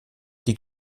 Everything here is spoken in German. die